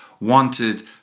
wanted